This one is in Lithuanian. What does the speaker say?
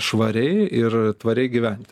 švariai ir tvariai gyvent